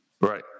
Right